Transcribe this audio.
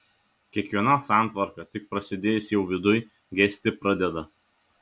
kiekviena santvarka tik prasidėjus jau viduj gesti pradeda